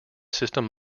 system